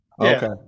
Okay